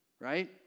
right